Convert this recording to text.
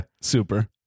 Super